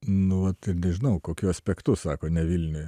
nu vat ir nežinau kokiu aspektu sako ne vilniuje